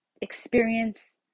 experience